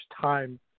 time